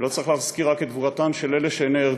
ולא צריך להזכיר רק את גבורתן של אלה שנהרגו,